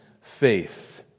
faith